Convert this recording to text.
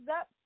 up